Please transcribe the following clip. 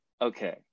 okay